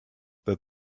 that